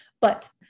But-